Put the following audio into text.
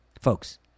Folks